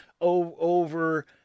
over